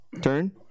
turn